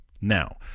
Now